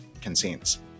consents